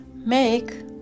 Make